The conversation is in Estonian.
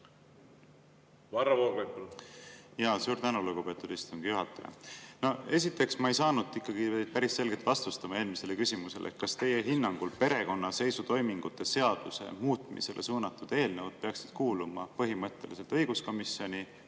Varro Vooglaid, palun! Suur tänu, lugupeetud istungi juhataja! Esiteks, ma ei saanud päris selget vastust oma eelmisele küsimusele, et kas teie hinnangul perekonnaseisutoimingute seaduse muutmist [nõudvad] eelnõud peaksid kuuluma põhimõtteliselt õiguskomisjoni